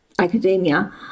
academia